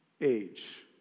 age